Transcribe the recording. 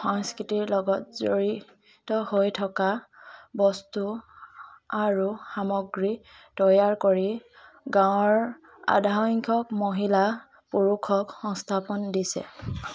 সংস্কৃতিৰ লগত জড়িত হৈ থকা বস্তু আৰু সামগ্ৰী তৈয়াৰ কৰি গাঁৱৰ আধাসংখ্যক মহিলা পুৰুষক সংস্থাপন দিছে